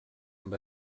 amb